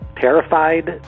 terrified